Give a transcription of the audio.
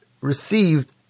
received